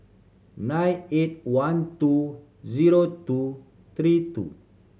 nine eight one two zero two three two